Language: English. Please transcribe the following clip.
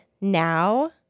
now